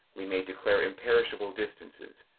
we may declare imperishable distances,